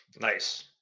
Nice